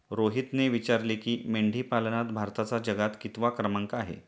रोहितने विचारले की, मेंढीपालनात भारताचा जगात कितवा क्रमांक आहे?